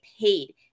paid